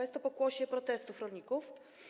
Jest to pokłosie protestów rolników.